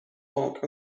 bark